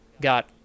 got